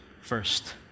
first